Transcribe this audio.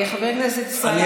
חבר הכנסת ישראל אייכלר.